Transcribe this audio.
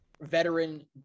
veteran